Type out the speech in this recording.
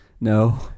No